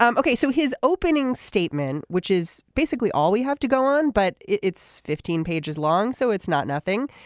um ok. so his opening statement which is basically all we have to go on but it's fifteen pages long. so it's not nothing.